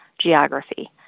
geography